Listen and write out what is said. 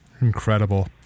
Incredible